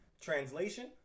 Translation